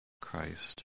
Christ